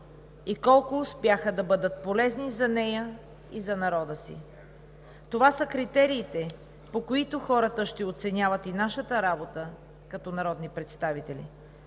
и колко успяха да бъдат полезни за нея и за народа си. Това са критериите, по които хората ще оценяват и нашата работа като народни представители.